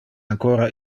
ancora